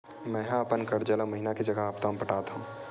मेंहा अपन कर्जा ला महीना के जगह हप्ता मा पटात हव